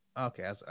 Okay